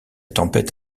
tempête